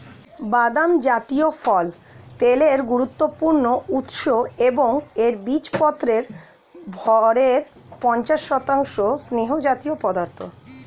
বাদাম জাতীয় ফল তেলের গুরুত্বপূর্ণ উৎস এবং এর বীজপত্রের ভরের পঞ্চাশ শতাংশ স্নেহজাতীয় পদার্থ